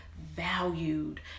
valued